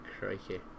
Crikey